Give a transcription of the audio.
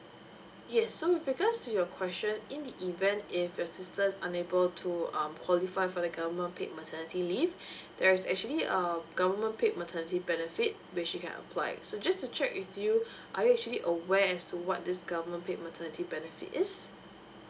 yes so with regards to your question in the event if your sister is unable to um qualify for the government paid maternity leave there's actually a government paid maternity benefit which she can apply so just to check with you are you actually aware as to what this government paid maternity benefit is